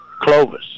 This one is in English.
Clovis